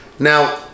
Now